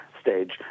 stage